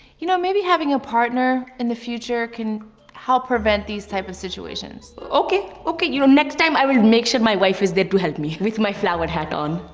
you know maybe having a partner in the future can help prevent these type of situations. okay. okay, you know next time i will make sure my wife is there to help me. with my flower hat on.